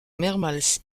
mehrmals